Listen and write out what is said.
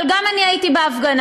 אבל גם אני הייתי בהפגנה,